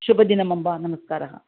शुभदिनम् अम्ब नमस्कारः